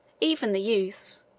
even the use,